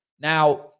Now